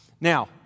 Now